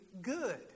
good